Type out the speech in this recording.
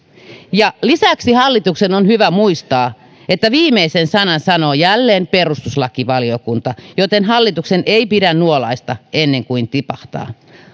ja lisäksi hallituksen on hyvä muistaa että viimeisen sanan sanoo jälleen perustuslakivaliokunta joten hallituksen ei pidä nuolaista ennen kuin tipahtaa